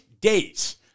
days